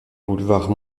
boulevard